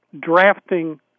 drafting